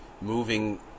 moving